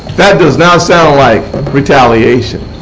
that does not sound like retaliation.